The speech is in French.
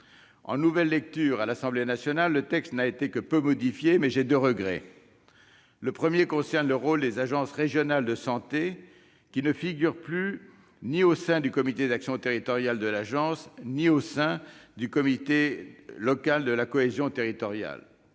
En nouvelle lecture à l'Assemblée nationale, le texte n'a été que peu modifié, mais j'ai deux regrets. Le premier concerne le rôle des agences régionales de santé, qui ne figurent plus ni au sein du comité d'action territoriale de l'agence ni au sein du comité local de la cohésion territoriale.